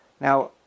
Now